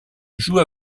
joue